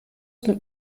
mit